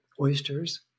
oysters